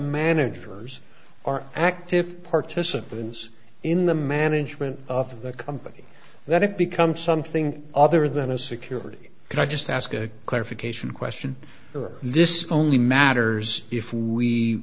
managers are active participants in the management of the company that it becomes something other than a security can i just ask a clarification question or this only matters if we